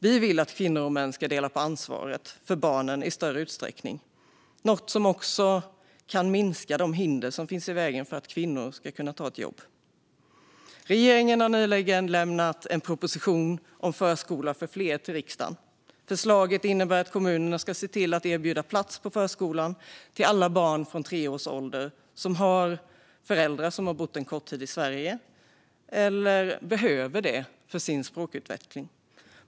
Vi vill att kvinnor och män i större utsträckning ska dela på ansvaret för barnen, vilket också kan minska de hinder som står i vägen för att kvinnor ska kunna ta ett jobb. Regeringen har nyligen lämnat en proposition till riksdagen om förskola för fler. Förslaget innebär att kommuner ska erbjuda plats på förskolan till alla barn från tre års ålder som har föräldrar som har bott i Sverige kort tid eller som behöver det för sin språkutveckling.